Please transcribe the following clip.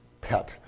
pet